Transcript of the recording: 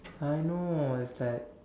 I know it's like